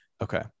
okay